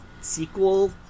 sequel